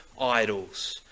idols